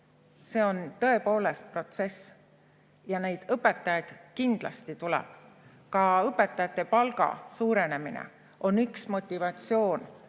See on tõepoolest protsess ja neid õpetajaid kindlasti tuleb. Ka õpetajate palga suurenemine on üks motivatsioon,